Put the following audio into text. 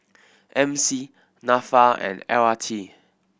M C Nafa and L R T